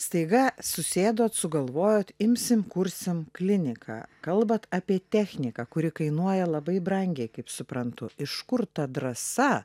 staiga susėdot sugalvojot imsim kursim kliniką kalbat apie techniką kuri kainuoja labai brangiai kaip suprantu iš kur ta drąsa